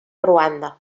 ruanda